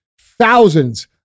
thousands